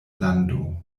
lando